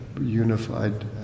unified